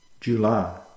July